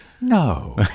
No